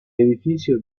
edificio